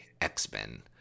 X-Men